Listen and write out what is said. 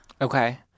Okay